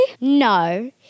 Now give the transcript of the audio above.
No